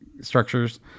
structures